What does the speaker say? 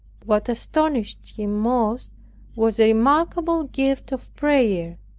what astonished him most was a remarkable gift of prayer.